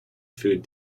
food